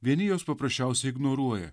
vieni juos paprasčiausiai ignoruoja